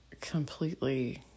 completely